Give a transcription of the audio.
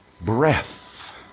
breath